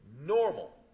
Normal